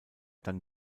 dann